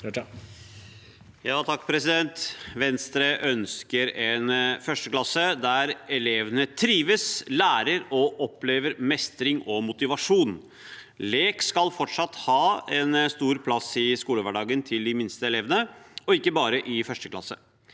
(V) Venstre ønsker en 1. klasse der elevene trives, lærer og opplever mestring og motivasjon. Lek skal fortsatt ha en stor plass i skolehverdagen til de minste elevene, ikke bare i 1. klasse.